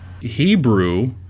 Hebrew